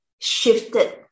shifted